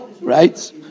right